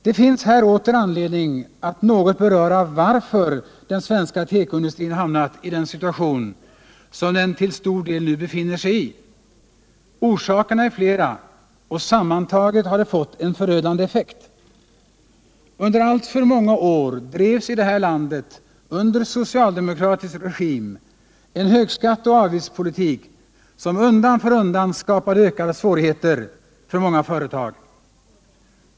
Det finns här åter anledning att något beröra varför den svenska tekoindustrin hamnat i den situation som den till stor del nu befinner sig i. Orsakerna är flera, och sammantagna har de fått en förödande effekt. Under alltför många år drevs i det här landet under socialdemokratisk regim en högskatteoch avgiftspolitik som undan för undan skapade ökade svårigheter för många företag.